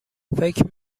فکر